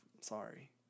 Sorry